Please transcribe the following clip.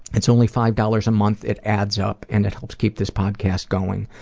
it's only five dollars a month it adds up and it helps keep this podcast going.